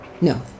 no